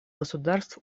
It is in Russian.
государств